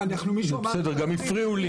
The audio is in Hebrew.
זה בסדר, גם לי הפריעו.